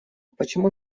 почему